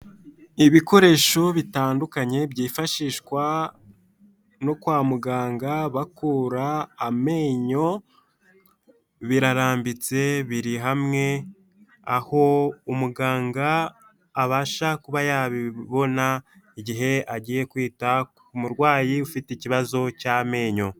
Ibikoresho bitandukanye byifashishwa no kwa muganga bakura amenyo, birarambitse biri hamwe aho umuganga abasha kuba yabibona igihe agiye kwita ku murwayi ufite ikibazo cy'amenyo.